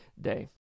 day